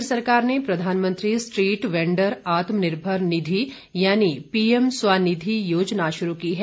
केंद्र सरकार ने प्रधानमंत्री स्ट्रीट वेंडर आत्मनिर्भर निधि यानी पीएम स्वनिधि योजना शुरू की है